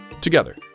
together